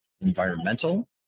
environmental